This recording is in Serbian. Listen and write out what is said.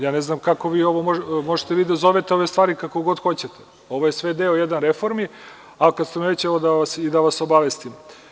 Ja ne znam kako vi ovo, možete vi da zovete ove stvari kako hoćete, ovo je sve deo jednih reformi, a kada ste me već, evo da vas obavestim.